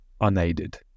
unaided